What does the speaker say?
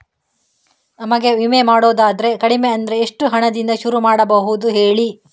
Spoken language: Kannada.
ನಮಗೆ ವಿಮೆ ಮಾಡೋದಾದ್ರೆ ಕಡಿಮೆ ಅಂದ್ರೆ ಎಷ್ಟು ಹಣದಿಂದ ಶುರು ಮಾಡಬಹುದು ಹೇಳಿ